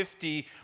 50